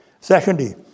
Secondly